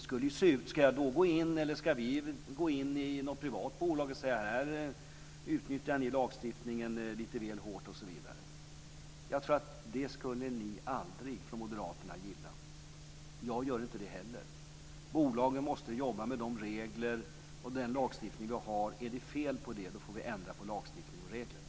Skulle vi gå in i ett privat bolag och säga att man utnyttjar lagstiftningen lite väl hårt? Det skulle ni moderater inte gilla. Det gör inte jag heller. Bolagen måste jobba med de regler och den lagstiftning vi har. Är det fel på det får vi ändra på lagstiftningen och reglerna.